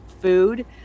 food